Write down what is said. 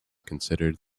considered